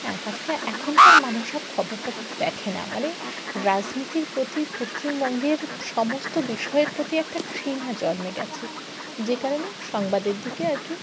হ্যাঁ তাছাড়া এখনকার মানুষ আর খবর টবর দেখে না মানে রাজনীতির প্রতি পশ্চিমবঙ্গের সমস্ত বিষয়ের প্রতি একটা ঘৃণা জন্মে গিয়েছে যে কারণে সংবাদের দিকে আর কি